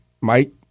Mike